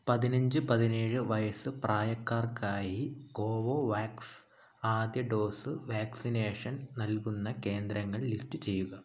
പതിനഞ്ച് പതിനേഴ് വയസ്സ് പ്രായക്കാർക്കായി കോവോവാക്സ് ആദ്യ ഡോസ് വാക്സിനേഷൻ നൽകുന്ന കേന്ദ്രങ്ങൾ ലിസ്റ്റ് ചെയ്യുക